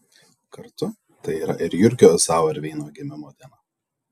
kartu tai yra ir jurgio zauerveino gimimo diena